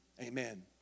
Amen